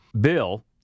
Bill